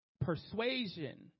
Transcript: persuasion